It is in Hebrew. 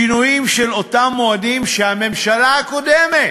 שינויים של אותם מועדים שהממשלה הקודמת,